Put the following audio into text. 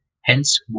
Hence